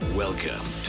Welcome